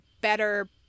better